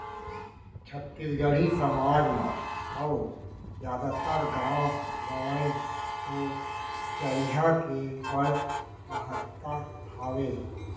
छत्तीसगढ़ी समाज म अउ जादातर गॉंव गँवई तो चरिहा के बड़ महत्ता हावय